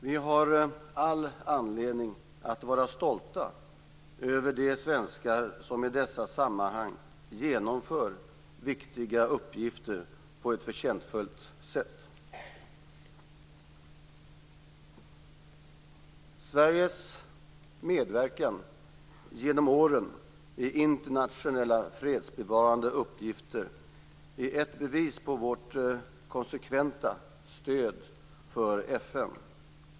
Vi har all anledning att vara stolta över de svenskar som i dessa sammanhang genomför viktiga uppgifter på ett förtjänstfullt sätt. Sveriges medverkan genom åren i internationella fredsbevarande uppgifter är ett bevis på vårt konsekventa stöd för FN.